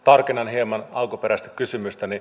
tarkennan hieman alkuperäistä kysymystäni